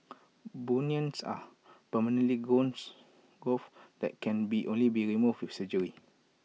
bunions are permanent growths and can only be removed with surgery